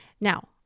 Now